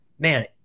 Man